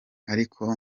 ariko